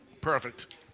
Perfect